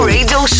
Radio